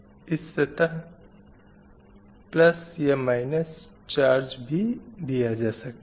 इस सतह प्लस या माइनस चार्ज भी दिया जा सकता है